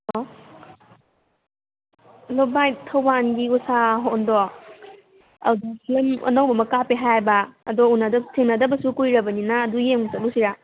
hello ꯚꯥꯏ ꯊꯧꯕꯥꯜꯒꯤ ꯎꯁꯥ ꯍꯣꯜꯗꯣ ꯑꯗꯨꯗ ꯐꯤꯂꯝ ꯑꯅꯧꯕ ꯑꯃ ꯀꯥꯞꯄꯦ ꯍꯥꯏꯌꯦꯕ ꯑꯗꯣ ꯊꯦꯡꯅꯗꯕꯁꯨ ꯀꯨꯏꯔꯕꯅꯤꯅ ꯑꯗꯨ ꯌꯦꯡꯕ ꯆꯠꯂꯨꯁꯤꯔꯥ